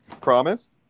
Promise